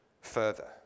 further